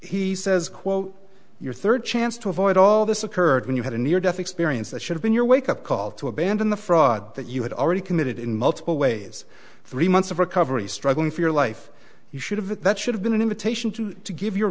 he says quote your third chance to avoid all this occurred when you had a near death experience that should have been your wake up call to abandon the fraud that you had already committed in multiple ways three months of recovery struggling for your life you should have it that should have been an invitation to to give you